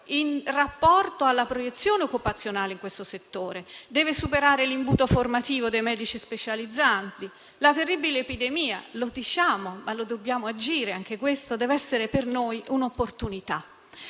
in rapporto alla proiezione occupazionale in questo settore, deve superare l'imbuto formativo dei medici specializzandi. La terribile epidemia - lo diciamo, ma dobbiamo agire anche questo - deve essere per noi un'opportunità.